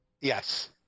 Yes